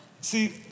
See